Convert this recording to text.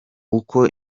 uko